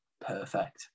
perfect